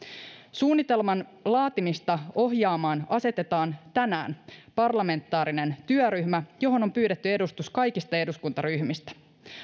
suunnitelman laatimista ohjaamaan asetetaan tänään parlamentaarinen työryhmä johon on pyydetty edustus kaikista eduskuntaryhmistä